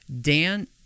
dan